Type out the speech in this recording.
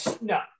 No